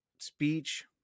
speech